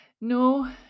no